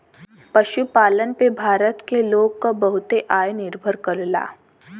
पशुपालन पे भारत के लोग क बहुते आय निर्भर करला